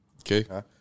Okay